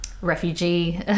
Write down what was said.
refugee